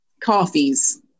coffees